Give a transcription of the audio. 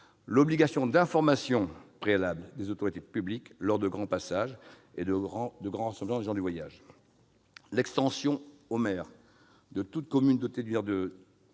l'obligation d'information préalable des autorités publiques lors des grands passages et grands rassemblements de gens du voyage. Il faut aussi noter l'extension au maire de toute commune dotée d'une